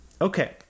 Okay